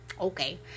okay